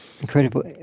Incredible